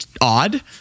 odd